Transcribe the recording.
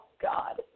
God